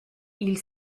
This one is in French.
ils